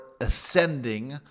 ascending